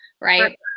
right